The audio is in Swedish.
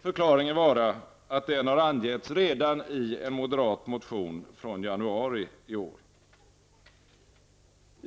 förklaringen vara att den har angetts redan i en moderat motion från januari i år?